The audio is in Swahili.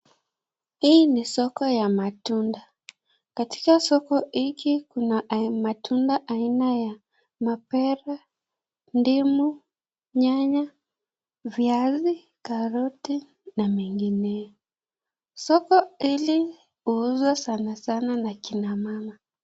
Hii ni soko ya matunda katika soko hii kuna matunda aina ya mapera , ndimu, nyanya, Viazi, karoti na mingineo, soko hili uzaa sana sana na akina mama.